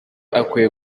akwiye